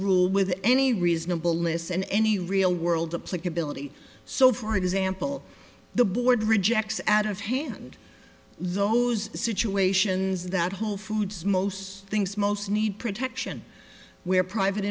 rule with any reasonable listen any real world uplink ability so for example the board rejects add of hand those situations that whole foods most things most need protection where private